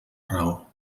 raó